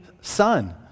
Son